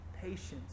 patience